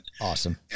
Awesome